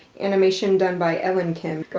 animation done by ellen kim, go